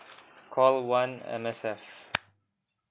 call one M_S_F